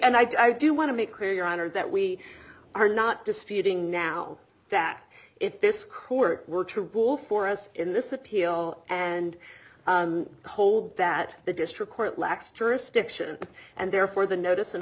and i do want to make clear your honor that we are not disputing now that if this court were to rule for us in this appeal and hold that the district court lacks jurisdiction and therefore the notice and